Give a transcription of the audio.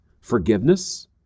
forgiveness